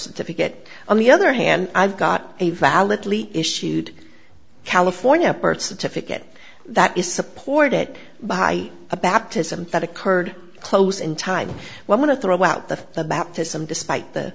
certificate on the other hand i've got a validly issued california birth certificate that is supported by a baptism that occurred close in time when want to throw out the the baptism despite the